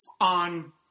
on